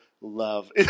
love